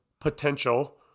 potential